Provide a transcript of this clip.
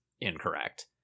incorrect